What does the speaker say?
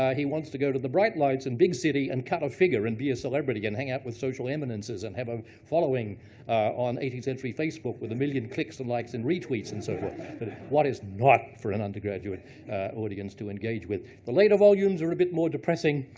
he wants to go to the bright lights and big city, and cut a figure and be a celebrity, and hang out with social eminences and have a following on eighteenth century facebook with a million clicks and likes, and retweets, and so forth. but what is not for an undergraduate audience to engage with. the later volumes are a bit more depressing.